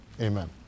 Amen